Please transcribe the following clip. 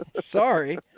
Sorry